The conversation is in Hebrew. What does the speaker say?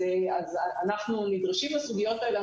אנחנו נדרשים לסוגיות האלה,